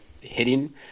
hitting